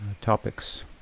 topics